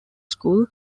school